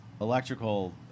electrical